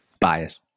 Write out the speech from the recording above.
Bias